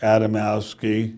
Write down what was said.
Adamowski